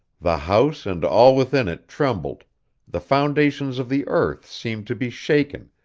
the house and all within it trembled the foundations of the earth seemed to be shaken,